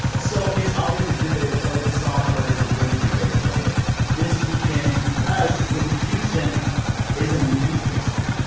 so it's always a good day to play this song. but it's a really good day to play it this weekend because whitney houston is in the news this week.